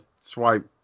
swipe